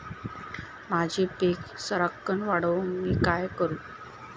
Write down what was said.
माझी पीक सराक्कन वाढूक मी काय करू?